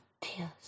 tears